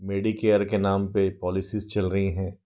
Medicare के नाम पर पॉलिसीज़ चल रही हैं